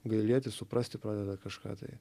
gailėtis suprasti pradeda kažką tai